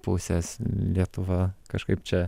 pusės lietuva kažkaip čia